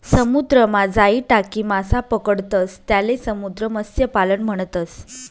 समुद्रमा जाई टाकी मासा पकडतंस त्याले समुद्र मत्स्यपालन म्हणतस